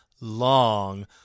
long